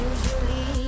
Usually